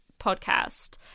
podcast